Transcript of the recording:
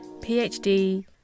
PhD